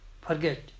forget